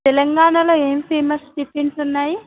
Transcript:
తెలంగాణలో ఏమి famous tiffins ఉన్నాయి